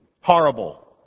horrible